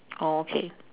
oh okay